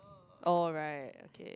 oh right okay